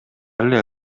эле